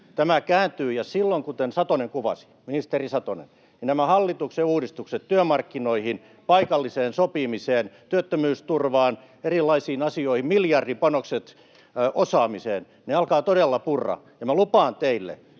Tämä kääntyy, ja silloin, kuten ministeri Satonen kuvasi, nämä hallituksen uudistukset työmarkkinoihin, paikalliseen sopimiseen, työttömyysturvaan, erilaisiin asioihin, miljardin panokset osaamiseen, alkavat todella purra. Ja minä lupaan teille,